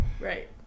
Right